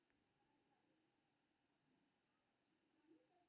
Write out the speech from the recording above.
pension के भुगतान आम तौर पर सेवानिवृत्ति के बाद होइ छै